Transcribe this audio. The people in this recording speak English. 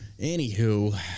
anywho